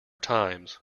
times